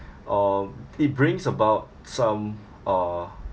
um it brings about some uh